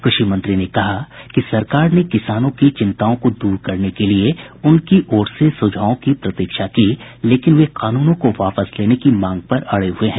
कृषि मंत्री ने कहा कि सरकार ने किसानों की चिंताओं को दूर करने के लिए उनकी ओर से सुझावों की प्रतीक्षा की लेकिन वे कानूनों को वापस लेने की मांग पर अड़े हुए हैं